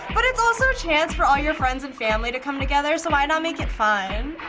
but it's also a chance for all your friends and family to come together, so why not make it fun?